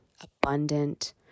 abundant